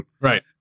right